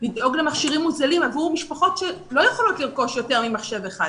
לדאוג למכשירים מוזלים עבור משפחות שלא יכולות לרכוש יותר ממחשב אחד.